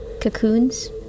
Cocoons